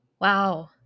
Wow